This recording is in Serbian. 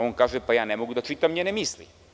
On kaže – ja ne mogu da čitam njene misli.